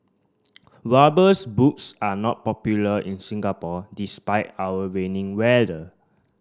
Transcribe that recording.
rubbers boots are not popular in Singapore despite our rainy weather